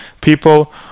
people